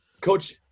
Coach